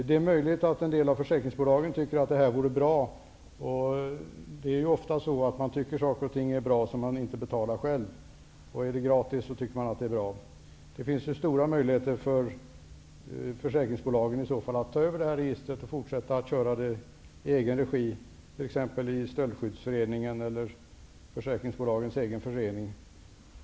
Det är möjligt att en del försäkringsbolag ser fördelar här. Det är ofta så, att man tycker att de saker och ting är bra som man själv inte betalar för. Är det gratis, tycker man alltså att det är bra. Försäkringsbolagen har ju stora möjligheter att ta över registret och att fortsätta med det i egen regi. Jag tänker då på exempelvis Stöldskyddsföreningen eller försäkringsbolagens egen förening.